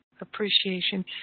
appreciation